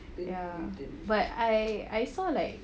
ya but I I saw like